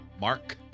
mark